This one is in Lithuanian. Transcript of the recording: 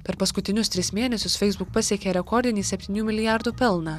per paskutinius tris mėnesius facebook pasiekė rekordinį septynių milijardų pelną